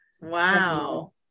Wow